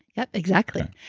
yeah. exactly.